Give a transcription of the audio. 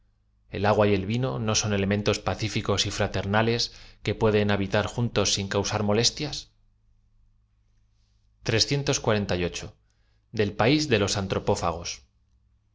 l agua el vino no son elementos pacíficos y fraternales que pueden ha bitar juntos sin causarse molestias e l p a ii de los antropófagos